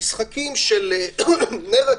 של נרטיב.